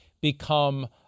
become